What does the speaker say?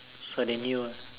so they knew ah